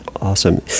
awesome